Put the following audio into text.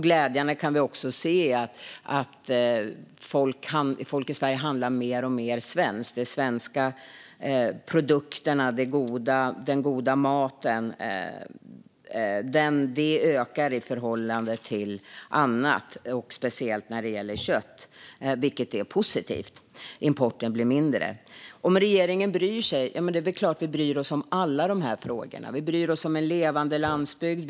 Glädjande nog kan vi också se att folk i Sverige handlar mer och mer svenskt. De svenska produkterna, den goda maten, ökar i förhållande till annat, speciellt när det gäller kött, vilket är positivt. Importen blir mindre. Om regeringen bryr sig? Ja, det är klart att vi bryr oss om alla de här frågorna. Vi bryr oss om en levande landsbygd.